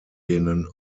denen